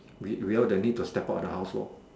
we we all the need to step out of the house lor